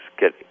get